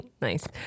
Nice